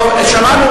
טוב, שמענו.